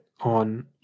on